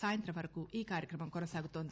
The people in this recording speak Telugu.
సాయంత్రం వరకు ఈకార్యక్రమం కొనసాగుతోంది